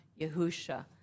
Yahusha